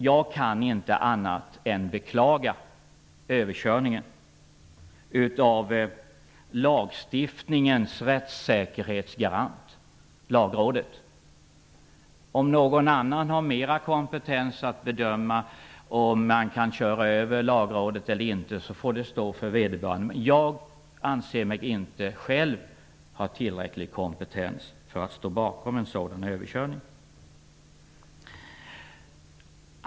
Jag kan som jurist inte annat än att beklaga överkörningen av lagstiftningens rättssäkerhetsgarant Lagrådet. Om någon annan har mera kompetens att bedöma om man kan köra över Lagrådet eller inte får det stå för vederbörande, men jag anser mig inte själv ha tillräcklig kompetens för att stå bakom en sådan överkörning.